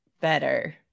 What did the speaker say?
better